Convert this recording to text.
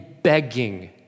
begging